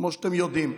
כמו שאתם יודעים.